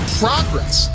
progress